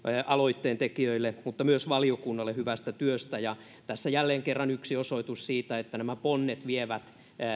aloitteen tekijöille ja myös valiokunnalle hyvästä työstä tässä on jälleen kerran yksi osoitus siitä että nämä ponnet vievät